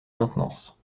maintenance